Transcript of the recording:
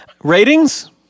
ratings